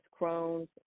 Crohn's